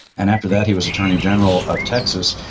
and after that, he was attorney general of texas.